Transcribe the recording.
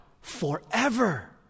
forever